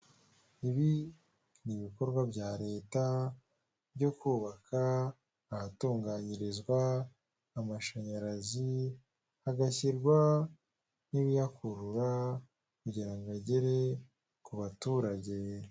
Ibi ni ibikorwa bya leta byo kubaka ahatunganyirizwa amashanyarazi hagashyirwa n'ibiyakurura kugira ngo agere ku baturage.